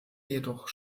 jedoch